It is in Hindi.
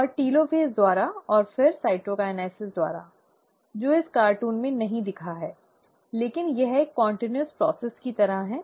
और टेलोफ़ेज़ द्वारा और फिर साइटोकिनेसिस द्वारा जो इस कार्टून में नहीं दिखा है लेकिन यह एक सतत प्रक्रिया की तरह है